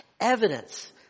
Evidence